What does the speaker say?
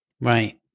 Right